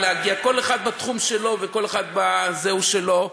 כל אחד בתחום שלו וכל אחד בזהו שלו.